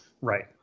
Right